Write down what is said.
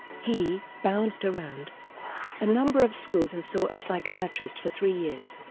he bounced around a number of schools and saw a psychiatrist for three years,